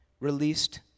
released